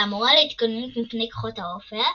המורה להתגוננות מפני כוחות האופל,